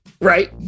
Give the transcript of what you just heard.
right